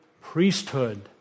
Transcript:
priesthood